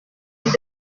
deux